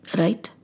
right